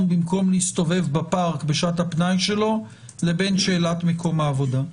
במקום להסתובב בפארק בשעת הפנאי שלו לבין שאלת מקום העבודה.